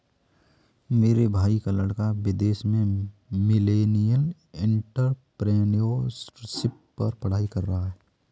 मेरे भाई का लड़का विदेश में मिलेनियल एंटरप्रेन्योरशिप पर पढ़ाई कर रहा है